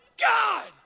God